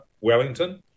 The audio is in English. Wellington